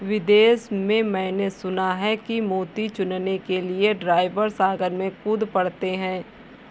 विदेश में मैंने सुना है कि मोती चुनने के लिए ड्राइवर सागर में कूद पड़ते हैं